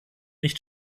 nicht